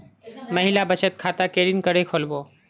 महिला बचत खाता केरीन करें खुलबे